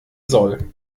soll